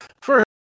first